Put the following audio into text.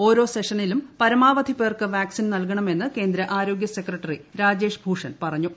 ഓരോ സെഷനിലും പരമാവധി പേർക്ക് വാക്സിൻ നൽകണമെന്ന് കേന്ദ്ര ആരോഗ്യ സെക്രട്ടറി രാജേഷ് ഭൂഷൺ പറഞ്ഞു